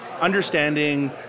understanding